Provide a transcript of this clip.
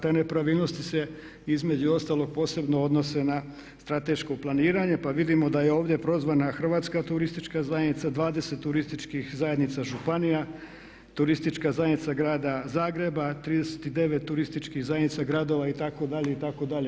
Te nepravilnosti se posebno odnose na strateško planiranje, pa vidimo da je ovdje prozvana Hrvatska turistička zajednica, 20 turističkih zajednica županija, Turistička zajednica grada Zagreba, 39 turističkih zajednica gradova itd. itd.